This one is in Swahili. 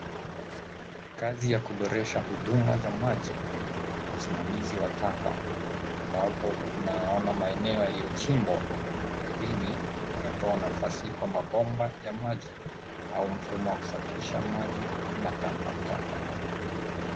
Kazi ya kuboresha huduma za maji na usimamizi wa taka ambako tunayaona maeneo yaliyochimbwa ardhini yanayotoa nafasi ya mabomba ya maji au mfumo wa kusafisha maji na taka taka.